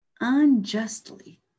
unjustly